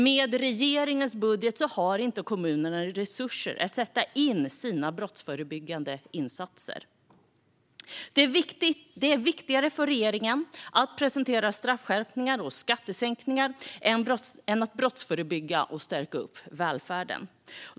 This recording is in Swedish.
Med regeringens budget har inte kommunerna resurser att sätta in sina brottsförebyggande insatser. Det är viktigare för regeringen att presentera straffskärpningar och skattesänkningar än att brottsförebygga och stärka upp välfärden.